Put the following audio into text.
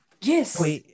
Yes